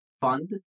fund